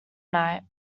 knight